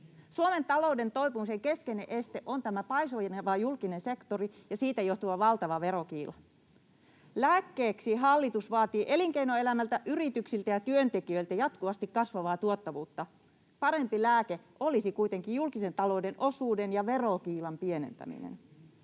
Suomen talouden toipumisen keskeinen este on paisuva julkinen sektori ja siitä johtuva valtava verokiila. Lääkkeeksi hallitus vaatii elinkeinoelämältä, yrityksiltä ja työntekijöiltä jatkuvasti kasvavaa tuottavuutta. Parempi lääke olisi kuitenkin julkisen talouden osuuden ja verokiilan pienentäminen.